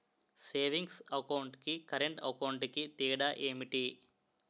Savings account కి current account కి తేడా ఏమిటి?